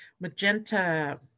magenta